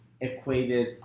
equated